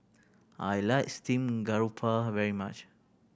I like steamed garoupa very much